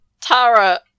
Tara